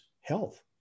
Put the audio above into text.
health